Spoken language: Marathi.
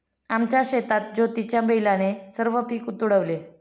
आमच्या शेतात ज्योतीच्या बैलाने सर्व पीक तुडवले